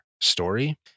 story